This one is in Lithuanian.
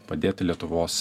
padėti lietuvos